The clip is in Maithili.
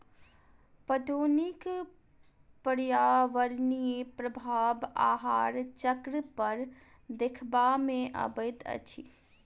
पटौनीक पर्यावरणीय प्रभाव आहार चक्र पर देखबा मे अबैत अछि